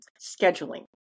scheduling